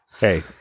Hey